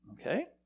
Okay